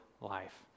life